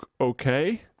okay